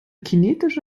kinetische